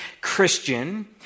Christian